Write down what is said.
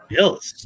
Bills